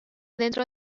dentro